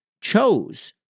chose